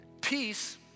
Peace